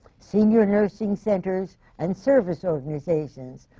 senior nursing centers, and service organizations.